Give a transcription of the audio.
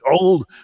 old